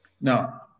Now